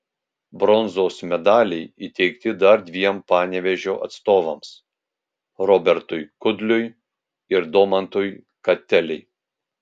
bronzos medaliai įteikti dar dviem panevėžio atstovams robertui kudliui ir domantui katelei